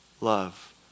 Love